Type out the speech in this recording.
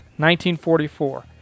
1944